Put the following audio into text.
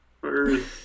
first